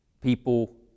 people